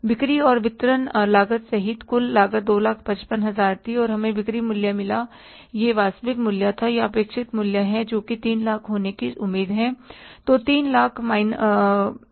बिक्री और वितरण लागत सहित कुल लागत 255000 थी और हमें बिक्री मूल्य मिला यह वास्तविक मूल्य या अपेक्षित मूल्य है जो 300000 होने की उम्मीद है